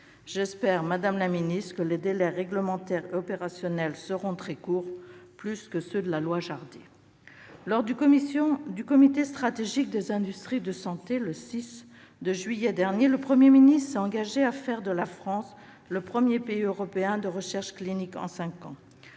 J'espère, madame la secrétaire d'État, que les délais réglementaires et opérationnels seront très courts- plus courts que ceux de la loi Jardé. Lors du Comité stratégique des industries de santé- CSIS -de juillet dernier, le Premier ministre s'est engagé à faire de la France le premier pays européen de recherche clinique en cinq ans.